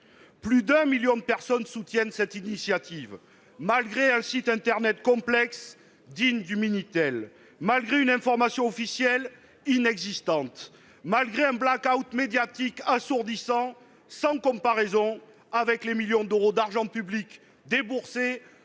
Plus d'un million de personnes soutiennent cette initiative, malgré un site internet complexe, digne du Minitel, malgré une information officielle inexistante, malgré un black-out médiatique assourdissant, sans comparaison avec les millions d'euros d'argent public déboursés